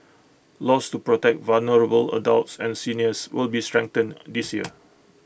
laws to protect vulnerable adults and seniors will be strengthened this year